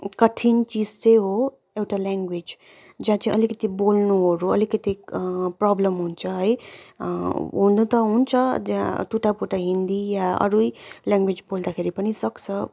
कठिन चिज चाहिँ हो एउटा ल्याङ्ग्वेज जहाँ चाहिँ अलिकति बोल्नुहरू अलिकति प्रबल्म हुन्छ है हुनु त हुन्छ टुटाफुटा हिन्दी या अरू नै ल्याङ्ग्वेज बोल्दाखेरि पनि सक्छ